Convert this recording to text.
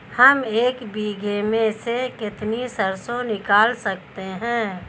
हम एक बीघे में से कितनी सरसों निकाल सकते हैं?